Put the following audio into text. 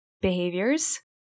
behaviors